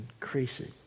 increasing